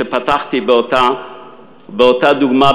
שפתחתי באותה דוגמה,